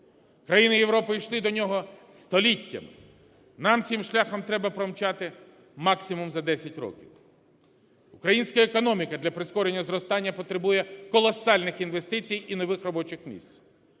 Країни Європи йшли до нього століттями. Нам цим шляхом треба промчати максимум за 10 років. Українська економіка для прискорення зростання потребує колосальних інвестицій і нових робочих місць.